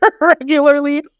regularly